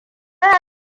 ya